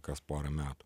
kas porą metų